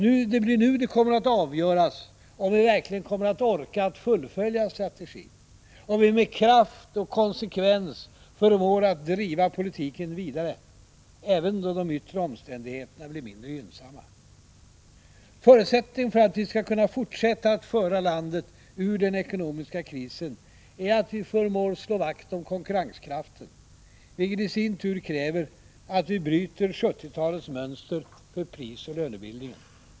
Det blir nu det kommer att avgöras om vi verkligen orkar fullfölja strategin, om vi med kraft och konsekvens förmår att driva politiken vidare, även då de yttre omständigheterna blir mindre gynnsamma. Förutsättningen för att vi skall kunna fortsätta att föra landet ur den ekonomiska krisen är att vi förmår slå vakt om konkurrenskraften — vilket i sin tur kräver att vi bryter 1970-talets mönster för prisoch lönebildningen.